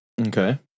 Okay